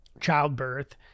childbirth